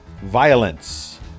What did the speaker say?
violence